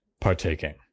partaking